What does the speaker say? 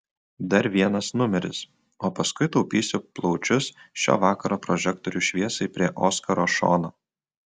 dar vienas numeris o paskui taupysiu plaučius šio vakaro prožektorių šviesai prie oskaro šono